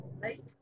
Right